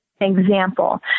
example